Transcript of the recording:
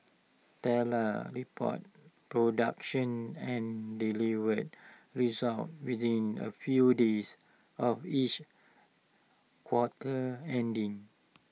reports production and delivered results within A few days of each quarter ending